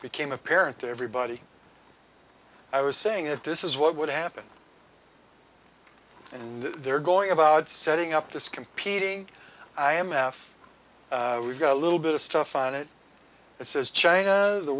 became apparent to everybody i was saying it this is what would happen and they're going about setting up this competing i m f we've got a little bit of stuff on it that says china the